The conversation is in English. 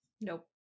Nope